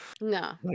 no